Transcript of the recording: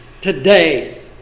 today